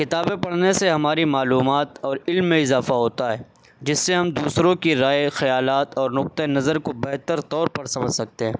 کتابیں پڑھنے سے ہماری معلومات اور علم میں اضافہ ہوتا ہے جس سے ہم دوسروں کی رائے خیالات اور نقتہ نظر کو بہتر طور پر سمجھ سکتے ہیں